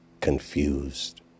confused